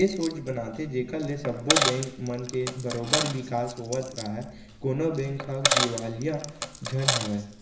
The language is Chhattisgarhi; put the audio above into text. ए सोच बनाथे जेखर ले सब्बो बेंक मन के बरोबर बिकास होवत राहय कोनो बेंक ह दिवालिया झन होवय